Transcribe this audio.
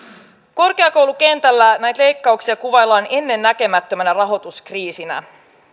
korkeakoulukentällä näitä leikkauksia kuvaillaan ennennäkemättömänä rahoituskriisinä